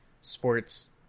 sports